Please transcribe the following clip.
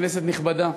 כנסת נכבדה,